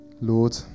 Lord